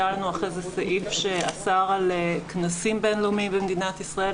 היה לנו אחרי זה סעיף שאסר על כנסים בין-לאומיים במדינת ישראל,